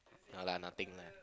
yeah lah nothing lah